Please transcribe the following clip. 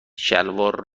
شلوار